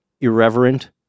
irreverent